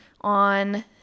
on